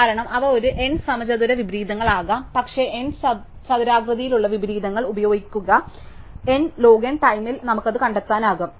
കാരണം അവ ഒരു n സമചതുര വിപരീതങ്ങളാകാം പക്ഷേ n ചതുരാകൃതിയിലുള്ള വിപരീതങ്ങൾ ഉപയോഗിക്കുക n log n ടൈമിൽ നമുക്ക് അത് കണ്ടെത്താനാകും